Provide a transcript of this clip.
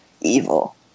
evil